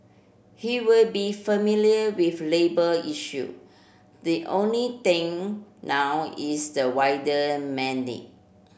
he will be familiar with labour issue the only thing now is the wider mandate